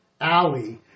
alley